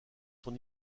son